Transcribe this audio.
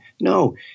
No